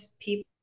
people